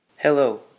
Hello